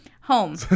Home